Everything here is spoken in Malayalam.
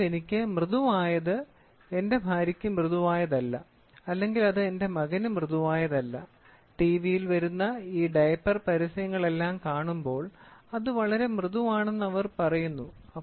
അതിനാൽ എനിക്ക് മൃദുവായത് എന്റെ ഭാര്യക്ക് മൃദുവായതല്ല അല്ലെങ്കിൽ അത് എന്റെ മകന് മൃദുവായതല്ല ടിവിയിൽ വരുന്ന ഈ ഡയപ്പർ പരസ്യങ്ങളെല്ലാം കാണുമ്പോൾ അത് വളരെ മൃദുവാണെന്ന് അവർ പറയുന്നു